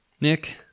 Nick